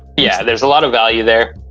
yeah, there's a lot of value there.